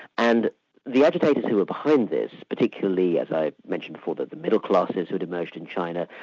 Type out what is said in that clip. and the agitators who were behind this, particularly as i mentioned before that the middle classes had emerged in china,